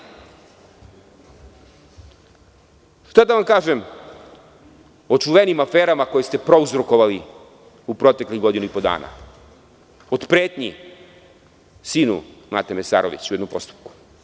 Šta da vam kažem o čuvenim aferama koje ste prouzrokovali u proteklih godinu i po dana, od pretnji sinu Nate Mesarević u jednom postupku.